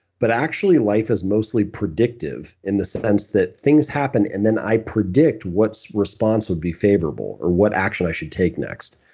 but actually life is mostly predictive in the sense that, things happens and then i predict what response would be favorable or what action i should take next.